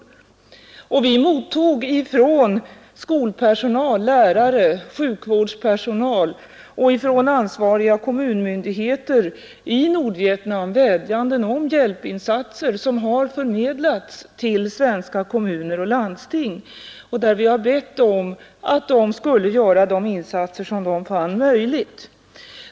Svenska kommittén för Vietnam mottog från skolpersonal, lärare, sjukvårdspersonal och ansvariga kommunmyndigheter i Nordvietnam vädjanden om hjälpinsatser, som vi har förmedlat till svenska kommuner och landsting samtidigt som vi har bett dem att göra de insatser som de fann möjliga.